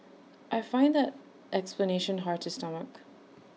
I find that explanation hard to stomach